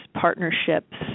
partnerships